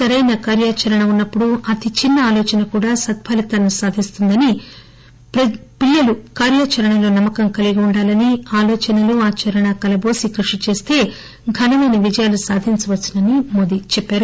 సరైన కార్యాచరణ ఉన్నప్పుడు అతి చిన్నఆలోచన కూడా సత్పలితాలను సాధిస్తుందని పిల్లలు కార్యాచరణలో నమ్మకం కలిగి ఉండాలని ఆలోచనలు ఆచరణ కలబోసి కృషి చేస్తే ఘనమెన విజయాలు సాధించవచ్చని ఆయన అన్నారు